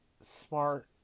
smart